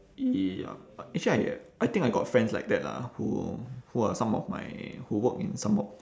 ya but actually I I think I got friends like that lah who who are some of my who work in some of